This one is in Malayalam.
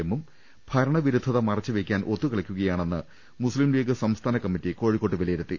എമ്മും ഭരണവിരുദ്ധത മറച്ചുവെക്കാൻ ഒത്തുകളിക്കുകയാണെന്ന് മുസ്ലിം ലീഗ് സംസ്ഥാന കമ്മിറ്റി കോഴിക്കോട്ട് വിലയിരുത്തി